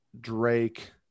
Drake